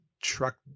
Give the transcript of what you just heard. truck